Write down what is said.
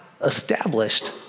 established